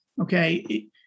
Okay